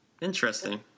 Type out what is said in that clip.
Interesting